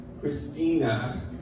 Christina